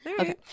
Okay